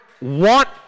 want